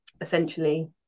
essentially